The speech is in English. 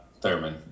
Thurman